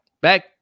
back